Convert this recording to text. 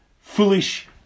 foolish